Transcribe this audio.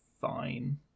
fine